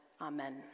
Amen